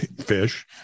Fish